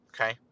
Okay